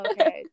okay